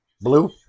Blue